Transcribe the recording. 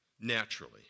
naturally